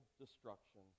destruction